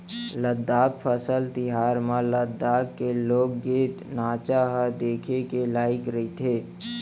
लद्दाख फसल तिहार म लद्दाख के लोकगीत, नाचा ह देखे के लइक रहिथे